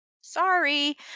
Sorry